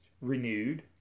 renewed